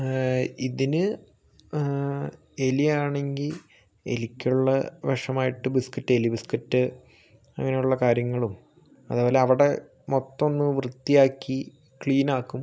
ഇതിന് ഏലിയാണെങ്കിൽ എലിക്കുള്ള വിഷമായിട്ട് ബിസ്കറ്റ് ഏലി ബിസ്കറ്റ് അങ്ങനെയുള്ള കാര്യങ്ങളും അതേപോലെ അവിടെ മൊത്തമൊന്ന് വൃത്തിയാക്കി ക്ലീനാക്കും